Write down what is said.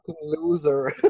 loser